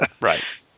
Right